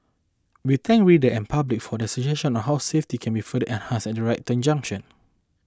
we thank reader and public for their suggestion on how safety can be further enhanced at right turn junction